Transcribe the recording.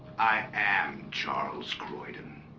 i am charles croydon